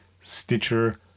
Stitcher